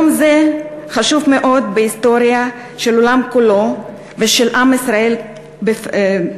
יום זה חשוב מאוד בהיסטוריה של העולם כולו ושל עם ישראל בפרט.